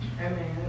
Amen